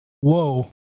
Whoa